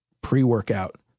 pre-workout